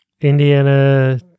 Indiana